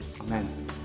Amen